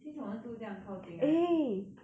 since 我们住这样靠近 right